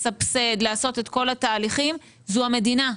לסבסד, לעשות את כל התהליכים זו המדינה,